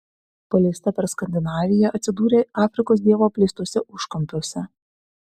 paleista per skandinaviją atsidūrė afrikos dievo apleistuose užkampiuose